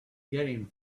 getting